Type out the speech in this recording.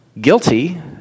guilty